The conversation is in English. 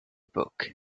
book